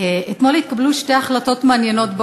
אתמול התקבלו באו"ם שתי החלטות מעניינות.